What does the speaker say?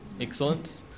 Excellent